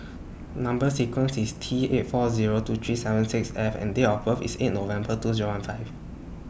Number sequence IS T eight four Zero two three seven six F and Date of birth IS eight November two Zero one five